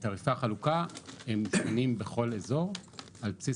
תעריפי החלוקה הם משתנים בכל אזור על בסיס